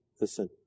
Listen